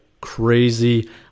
crazy